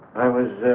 i was